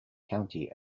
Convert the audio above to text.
county